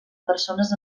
persones